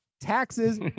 taxes